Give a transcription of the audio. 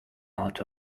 out